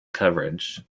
coverage